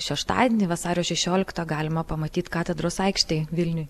šeštadienį vasario šešioliktą galima pamatyt katedros aikštėj vilniuj